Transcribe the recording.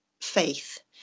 faith